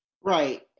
Right